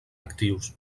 actius